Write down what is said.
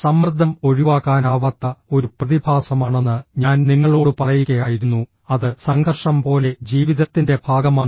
സമ്മർദ്ദം ഒഴിവാക്കാനാവാത്ത ഒരു പ്രതിഭാസമാണെന്ന് ഞാൻ നിങ്ങളോട് പറയുകയായിരുന്നു അത് സംഘർഷം പോലെ ജീവിതത്തിന്റെ ഭാഗമാണ്